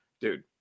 Dude